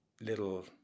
little